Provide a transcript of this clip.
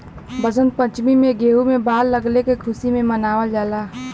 वसंत पंचमी में गेंहू में बाल लगले क खुशी में मनावल जाला